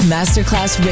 Masterclass